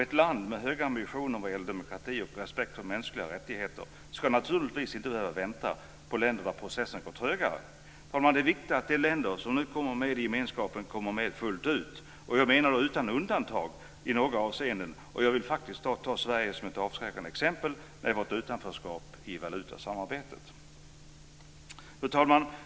Ett land med höga ambitioner vad gäller demokrati och respekt för mänskliga rättigheter ska naturligtvis inte behöva vänta på länder där processen går trögare. Fru talman! Det är viktigt att de länder som kommer med i gemenskapen kommer med fullt ut. Jag menar att det ska ske utan undantag i några avseenden. Jag vill faktiskt ta Sverige som ett avskräckande exempel, med vårt utanförskap vad gäller valutasamarbetet. Fru talman!